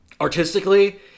artistically